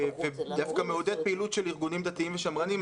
ודווקא מעודד פעילות של ארגונים דתיים ושמרניים.